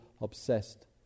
obsessed